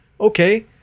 Okay